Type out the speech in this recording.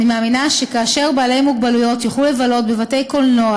אני מאמינה שכאשר בעלי מוגבלויות יוכלו לבלות בבתי-קולנוע,